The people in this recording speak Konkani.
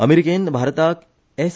अमेरिकेन भारताक एस